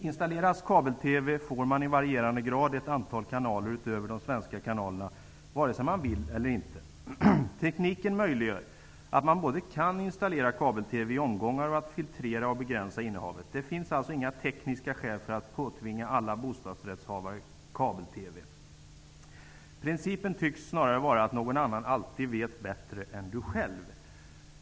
Installeras kabel-TV får man i varierande grad ett antal kanaler utöver de svenska kanalerna, vare sig man vill eller inte. Tekniken gör det möjligt både att installera kabel-TV i omgångar och att filtrera och begränsa innehavet. Det finns alltså inga tekniska skäl för att påtvinga alla bostadsrättshavare kabel-TV. Principen tycks snarare vara att någon annan alltid vet bättre än du själv.